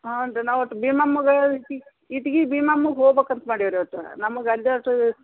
ಹಾಂ ರೀ ನಾವು ಒಟ್ಟು ಬೀಮಮ್ಮಂಗೆ ಇಟ್ಗಿ ಬೀಮಮ್ಮಂಗೆ ಹೋಗ್ಬಕು ಅಂತ ಮಾಡೀವಿ ರೀ ಒಟ್ಟು ನಮ್ಗೆ ಅಡ್ಡಾಡ್ಸೋದು